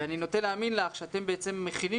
ואני נוטה להאמין לך שאתם כבר מכינים